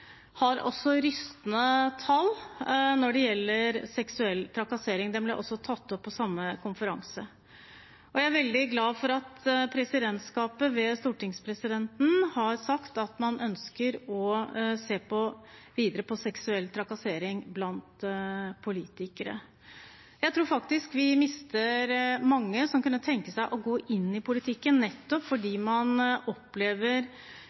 har også rystende tall når det gjelder seksuell trakassering. Det ble også tatt opp på samme konferanse. Jeg er veldig glad for at presidentskapet ved stortingspresidenten har sagt at man ønsker å se videre på seksuell trakassering blant politikere. Jeg tror vi mister mange som kunne tenkt seg å gå inn i politikken, nettopp fordi man opplever